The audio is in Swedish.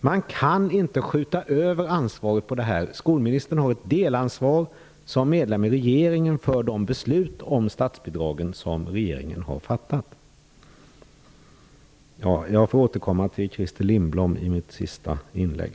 Man kan inte skjuta ifrån sig ansvaret. Som medlem i regeringen har skolministern ett delansvar för de beslut om statsbidragen som regeringen har fattat. Jag återkommer till Christer Lindblom i mitt sista inlägg.